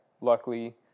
Luckily